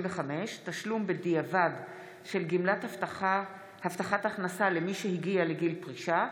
55) (תשלום בדיעבד של גמלת הבטחה הכנסה למי שהגיע לגיל פרישה),